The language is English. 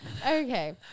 Okay